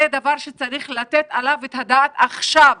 זה דבר שצריך לתת עליו את הדעת עכשיו,